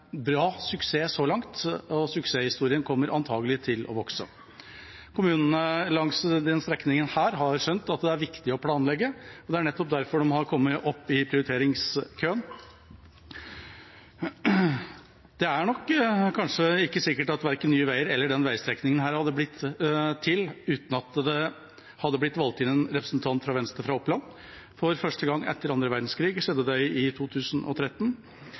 bra suksess så langt, og suksesshistorien kommer antagelig til å vokse. Kommunene langs denne strekningen har skjønt at det er viktig å planlegge, og det er nettopp derfor de har kommet opp i prioriteringskøen. Det er ikke sikkert at verken Nye Veier eller denne veistrekningen hadde blitt til uten at det hadde blitt valgt inn en representant fra Venstre fra Oppland. For første gang etter annen verdenskrig skjedde det i 2013,